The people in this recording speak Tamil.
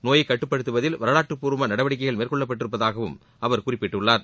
நோயை கட்டுப்படுத்துவதில் வரவாற்றுப்பூர்வ நடவடிக்கைகள் மேற்கொள்ளப்பட்டிருப்பதாகவும் அவர் குறிப்பிட்டுள்ளார்